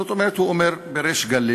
זאת אומרת, הוא אומר בריש גלי